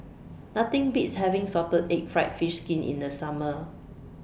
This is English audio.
Nothing Beats having Salted Egg Fried Fish Skin in The Summer